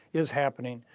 is happening.